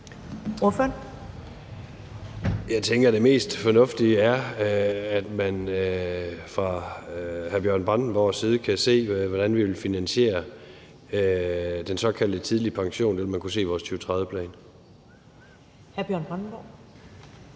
Jeg tænker, det mest fornuftige er, at man fra hr. Bjørn Brandenborgs side kan se, hvordan vi vil finansiere den såkaldt tidlige pension. Det vil man kunne se i vores 2030-plan.